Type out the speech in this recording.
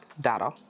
Data